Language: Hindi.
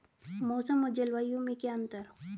मौसम और जलवायु में क्या अंतर?